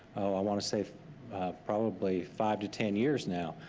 oh i want to say probably five to ten years now.